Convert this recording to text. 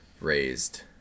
raised